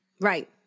Right